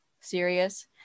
serious